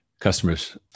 customers